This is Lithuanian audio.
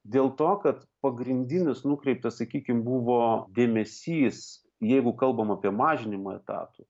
dėl to kad pagrindinis nukreiptas sakykim buvo dėmesys jeigu kalbam apie mažinimą etatų